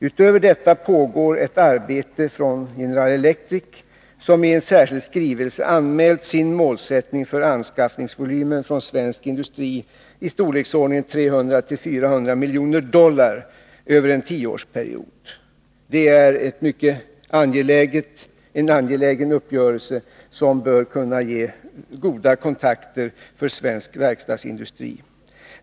Utöver detta pågår ett arbete inom General Electric, som i en särskild skrivelse har anmält sin målsättning för anskaffningsvolymen i svensk industri i storleksordningen 300-400 miljoner dollar över en tioårsperiod. Det är en mycket angelägen uppgörelse, som bör kunna ge goda kontakter för svensk verkstadsindustri.